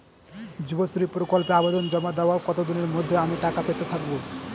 যুবশ্রী প্রকল্পে আবেদন জমা দেওয়ার কতদিনের মধ্যে আমি টাকা পেতে থাকব?